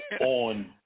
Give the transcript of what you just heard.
on